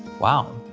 wow!